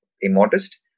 immodest